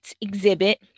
exhibit